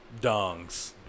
dongs